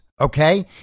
Okay